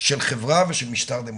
של חברה ושל משטר דמוקרטי.